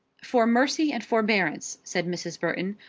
for mercy and forbearance, said mrs. burton,